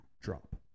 drop